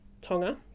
Tonga